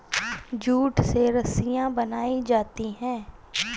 jute से रस्सियां बनायीं जाती है